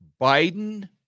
Biden